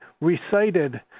recited